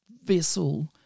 vessel